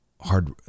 hard